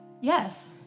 Yes